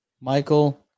Michael